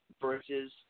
versus